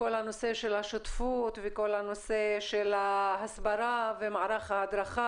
כל הנושא של השותפות וכל הנושא של ההסברה ומערך ההדרכה